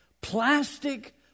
plastic